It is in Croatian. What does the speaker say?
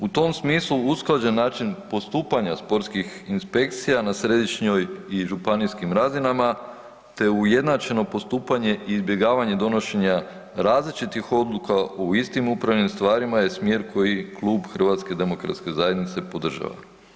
U tom smislu usklađen način postupanja sportskih inspekcija na središnjoj i županijskim razinama te ujednačeno postupanje i izbjegavanje donošenja različitih odluka u istim upravnim stvarima je smjer koji klub HDZ podržava.